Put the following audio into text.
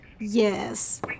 Yes